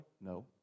No